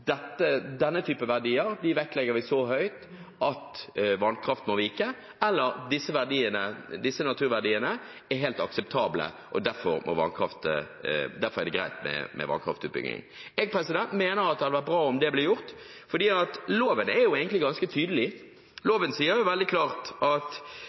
vannkraft må vike, og de naturverdiene som gjør det akseptabelt og greit med vannkraftutbygging. Jeg mener at det hadde vært bra om det ble gjort. Loven er jo egentlig ganske tydelig, industrikonsesjonsloven § 2 sier det veldig klart: